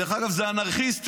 דרך אגב, אלה אנרכיסטים.